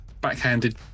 backhanded